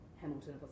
Hamilton